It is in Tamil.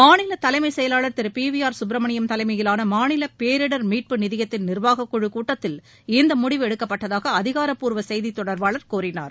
மாநில தலைமைச் செயலாளர் Thiru P V R Subramaniam தலைமையிலான மாநில பேரிடர் மீட்பு நிதியத்தின் நிரவாக குழு கூட்டத்தில் இம்முடிவு எடுக்கப்பட்டதாக அதிகாரப்பூர்வ செய்தி தொடர்பாளர் கூறினார்